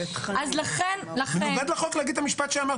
זה מנוגד לחוק להגיד את המשפט שאמרת.